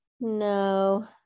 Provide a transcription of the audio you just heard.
No